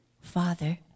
Father